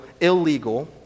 illegal